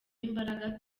imbaraga